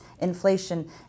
inflation